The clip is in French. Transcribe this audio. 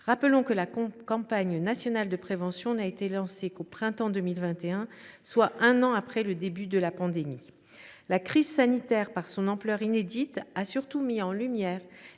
Rappelons que la campagne nationale de prévention n’a été lancée qu’au printemps 2021, soit un an après le début de la pandémie ! La crise sanitaire, par son ampleur inédite, a surtout mis en lumière